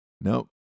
Nope